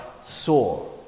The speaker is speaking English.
saw